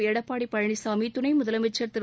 எடப்பாடி பழனிசாமி துணை முதலமைச்சர் திரு